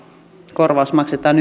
korvaus maksetaan